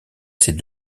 ces